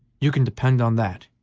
you can depend on that.